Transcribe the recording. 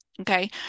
okay